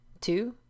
Two